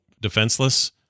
defenseless